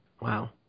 Wow